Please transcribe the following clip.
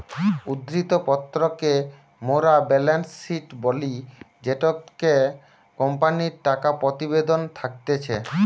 উদ্ধৃত্ত পত্র কে মোরা বেলেন্স শিট বলি জেটোতে কোম্পানির টাকা প্রতিবেদন থাকতিছে